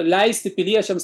leisti piliečiams